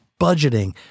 budgeting